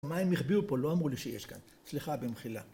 מים החביאו פה, לא אמרו לי שיש כאן. סליחה במחילה.